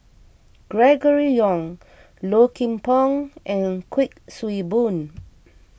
Gregory Yong Low Kim Pong and Kuik Swee Boon